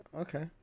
Okay